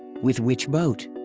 with which boat?